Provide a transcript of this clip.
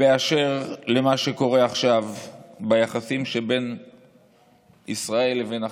באשר למה שקורה עכשיו ביחסים שבין ישראל לבין החרדים,